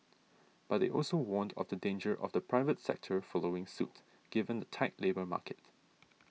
but they also warned of the danger of the private sector following suit given the tight labour market